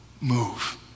move